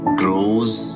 grows